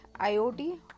IoT